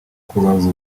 kubavuza